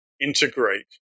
integrate